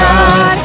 God